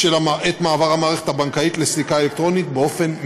המערכת הבנקאית לסליקה אלקטרונית באופן מיטבי.